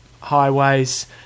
highways